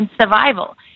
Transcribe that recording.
survival